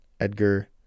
Edgar